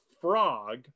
frog